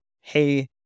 hey